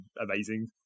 amazing